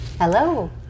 Hello